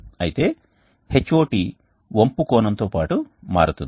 అయితే HOT వంపు కోణంతో పాటు మారుతుంది